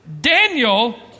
Daniel